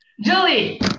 Julie